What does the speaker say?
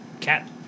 cat